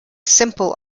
simple